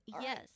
Yes